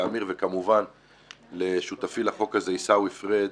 לאמיר וכמובן לשותפי לחוק הזה עיסאווי פריג',